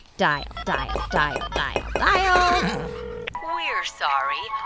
dial, dial, dial, dial, dial we're sorry.